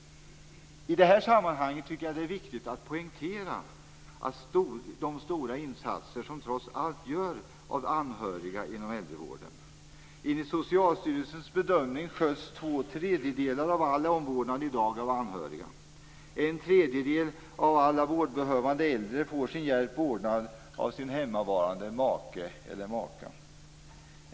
I detta sammanhang är det viktigt att poängtera de stora insatser som trots allt görs av anhöriga inom äldrevården. Enligt Socialstyrelsens bedömning sköts två tredjedelar av all omvårdnad i dag av anhöriga. En tredjedel av alla vårdbehövande äldre får sin hjälp ordnad av sin hemmavarande make eller maka.